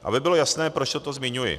Aby bylo jasné, proč toto zmiňuji.